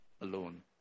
alone